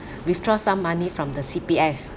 withdraw some money from the C_P_F